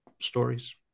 stories